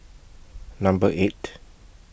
Number eight